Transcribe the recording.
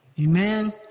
Amen